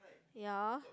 ya